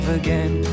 again